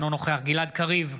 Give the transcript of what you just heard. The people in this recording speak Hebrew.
אינו נוכח גלעד קריב,